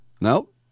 Nope